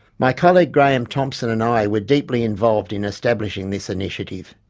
my colleague graham thompson and i were deeply involved in establishing this initiative.